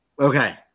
Okay